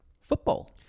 football